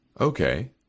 okay